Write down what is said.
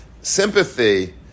sympathy